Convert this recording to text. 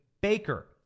Baker